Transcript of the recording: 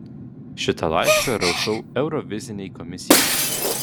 šitą laišką rašau eurovizinei komisijai